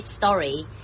Story